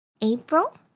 April